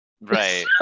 Right